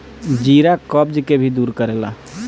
जीरा कब्ज के भी दूर करेला